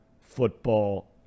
football